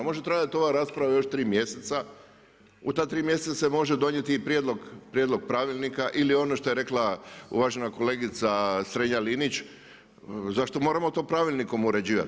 Može trajati ova rasprava još tri mjeseca, u ta tri mjeseca se može donijeti prijedlog pravilnika ili ono što je rekla uvažena kolegica STrenja-Linić zašto moramo to pravilnikom uređivati?